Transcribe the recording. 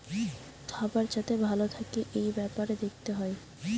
খাবার যাতে ভালো থাকে এই বেপারে দেখতে হয়